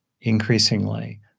increasingly